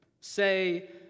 say